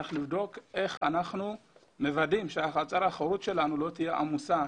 צריך לבדוק איך אנחנו מוודאים שהחצר האחורית שלנו לא תהיה עמוסה